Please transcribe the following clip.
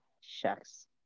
Shucks